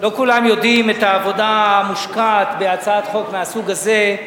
לא כולם יודעים את העבודה המושקעת בהצעת חוק מהסוג הזה,